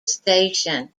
station